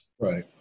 Right